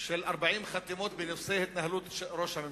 בשל 40 חתימות בנושא התנהלות ראש הממשלה.